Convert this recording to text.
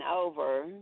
over